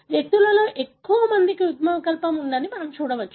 వ్యక్తులలో ఎక్కువ మందికి యుగ్మవికల్పం ఉందని మనము చూడవచ్చు